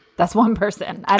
that's one person